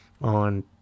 on